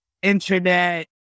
internet